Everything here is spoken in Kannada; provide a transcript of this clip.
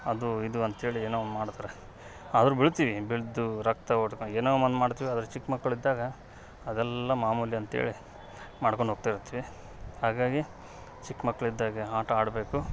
ಅದು ಇದು ಅಂತೇಳಿ ಏನೋ ಒಂದು ಮಾಡ್ತಾರೆ ಆದರೂ ಬೀಳ್ತಿವಿ ಬಿದ್ದು ರಕ್ತ ಓಡ್ಕಾ ಏನೋ ಒಂದು ಮಾಡ್ತೀವಿ ಆದರೆ ಚಿಕ್ಕ ಮಕ್ಕಳು ಇದ್ದಾಗ ಅದೆಲ್ಲಾ ಮಾಮೂಲಿ ಅಂತೇಳಿ ಮಾಡ್ಕೊಂಡು ಹೋಗ್ತಾಇರ್ತೇವಿ ಹಾಗಾಗಿ ಚಿಕ್ಕ ಮಕ್ಕಳು ಇದ್ದಾಗ ಆಟ ಆಡಬೇಕು